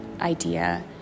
idea